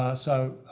ah so,